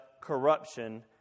corruption